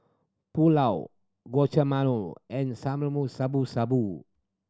Pulao Guacamole and Shabu Shabu